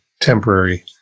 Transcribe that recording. temporary